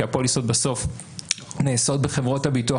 כי הפוליסות בסוף נעשות בחברות הביטוח